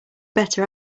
better